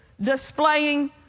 displaying